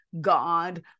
God